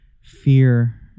fear